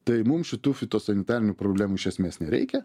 tai mum šitų fitosanitarinių problemų iš esmės nereikia